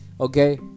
okay